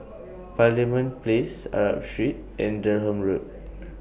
Parliament Place Arab Street and Durham Road